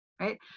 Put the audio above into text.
right